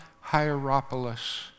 Hierapolis